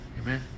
Amen